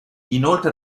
inoltre